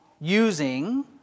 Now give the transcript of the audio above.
using